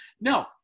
no